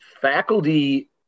faculty